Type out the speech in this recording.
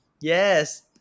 yes